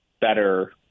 better –